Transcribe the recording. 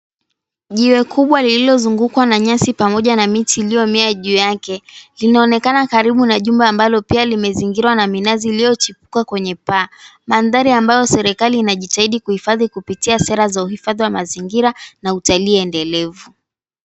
Jiwe kubwa, lililozungukwa na nyasi pamoja na miti iliyomea juu yake, linaonekana karibu na jumba ambalo pia limezingirwa na minazi iliyochipuka kwenye paa, Manthari ambayo serikali inajitahidi kuhifadhi kupitia sera za uhifadhi wa mazingira na utalii endelevu.